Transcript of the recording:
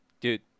dude